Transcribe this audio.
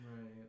Right